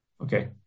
Okay